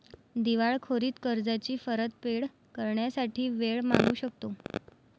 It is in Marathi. दिवाळखोरीत कर्जाची परतफेड करण्यासाठी वेळ मागू शकतो